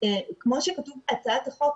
כמו שכתוב בהצעת החוק,